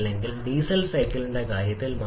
5 ആയിരിക്കണം പക്ഷേ സിവിയിൽ വ്യത്യാസമുണ്ട്